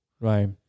Right